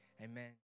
Amen